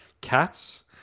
Cats